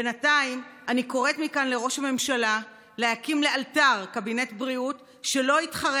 בינתיים אני קוראת מכאן לראש הממשלה להקים לאלתר קבינט בריאות שלא יתחרה